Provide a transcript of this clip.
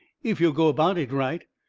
if yo' go about it right.